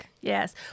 Yes